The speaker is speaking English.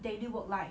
daily work life